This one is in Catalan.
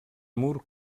mur